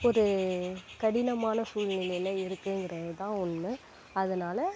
ஒரு கடினமான சூழ்நிலையில் இருக்குதுங்கிறதுதான் உண்மை அதனால்